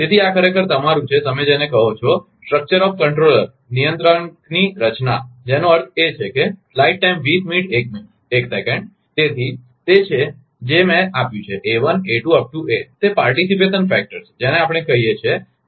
તેથી આ ખરેખર તમારું છે તમે જેને કહો છો નિયંત્રકની રચનાસ્ટ્ક્ચર ઓફ કંટ્રોલર જેનો અર્થ છે કે તે તે છે જે મેં આપ્યું છે a1 a2 an તે પાર્ટીસીપેશન ફેક્ટર છે જેને આપણે કહીએ છીએ